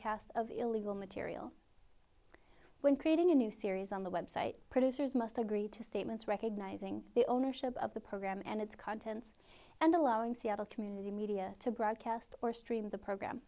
cast of illegal material when creating a new series on the web site producers must agree to statements recognizing the ownership of the program and its contents and allowing seattle community media to broadcast or stream the program